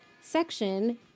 section